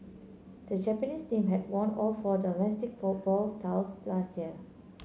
the Japanese team had won all four domestic football last year